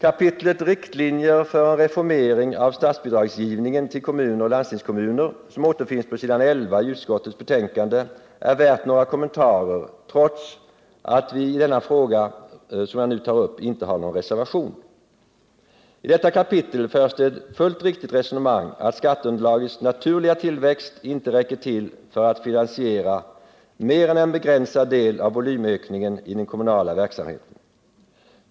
Avsnittet Riktlinjer för en reformering av statsbidragsgivningen till kommuner och landstingskommuner, som återfinns på s. 11 i utskottets betänkande är värt några kommentarer, trots att vi i den fråga som jag nu tar upp inte har någon reservation. I detta avsnitt förs det ett fullt riktigt resonemang, att skatteunderlagets naturliga tillväxt inte räcker till för att finansiera mer än en begränsad del av volymökningen i den kommunala verksamheten.